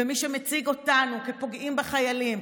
ומי שמציג אותנו כפוגעים בחיילים,